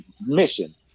mission